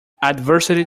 adversity